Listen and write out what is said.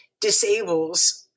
disables